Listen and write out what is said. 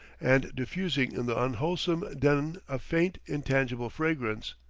and diffusing in the unwholesome den a faint, intangible fragrance,